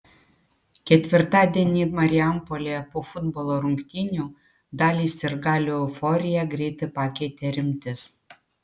ketvirtadienį marijampolėje po futbolo rungtynių daliai sirgalių euforiją greitai pakeitė rimtis